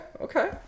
Okay